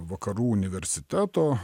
vakarų universiteto